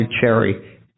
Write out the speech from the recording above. Cherry